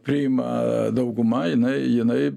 priima dauguma jinai jinai